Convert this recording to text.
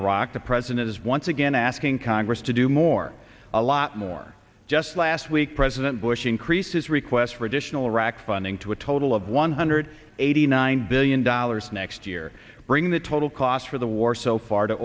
iraq the president is once again asking congress to do more a lot more just last week president bush increases requests for additional iraq funding to a total of one hundred eighty nine billion dollars next year bringing the total cost for the war so far to